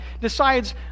decides